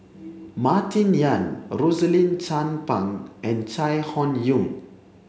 Martin Yan Rosaline Chan Pang and Chai Hon Yoong